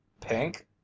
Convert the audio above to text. Pink